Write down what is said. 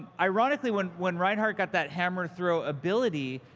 ironically, when when reinhardt got that hammer throw ability,